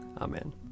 Amen